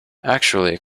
actually